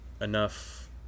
enough